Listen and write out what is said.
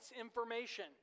information